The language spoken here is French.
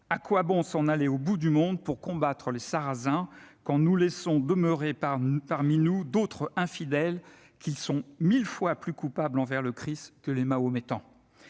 À quoi bon s'en aller au bout du monde, [...] pour combattre les Sarrasins, quand nous laissons demeurer parmi nous d'autres infidèles qui sont mille fois plus coupables envers le Christ que les mahométans ?